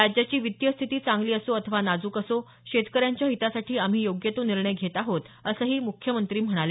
राज्याची वित्तीय स्थिती चांगली असो अथवा नाजूक असो शेतकऱ्यांच्या हितासाठी आम्ही योग्य ते निर्णय घेत आहोत असंही मुख्यमंत्री म्हणाले